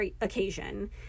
occasion